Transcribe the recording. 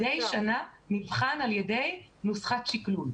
נבחן על ידי נוסחת שקלול.